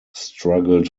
struggled